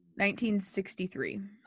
1963